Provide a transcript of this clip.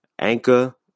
Anchor